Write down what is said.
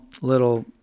little